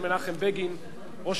אגבאריה,